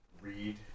read